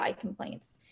complaints